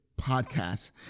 podcast